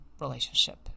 relationship